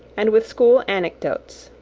and with school anecdotes.